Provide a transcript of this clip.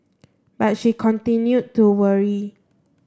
but she continued to worry